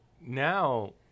now